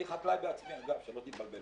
אני חקלאי בעצמי, אגב, שלא תתבלבלו.